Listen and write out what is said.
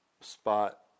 spot